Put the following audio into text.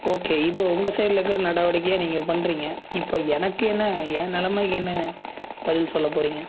okay இது உங்கள் சைடில்ருக்கிற நடவடிக்கையாக நீங்கள் பண்ணுறீங்க இப்போ எனக்கு என்ன என் நெலமை என்ன பதில் சொல்ல போகிறீங்க